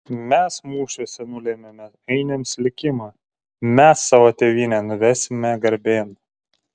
mes mūšiuose nulėmėme ainiams likimą mes savo tėvynę nuvesime garbėn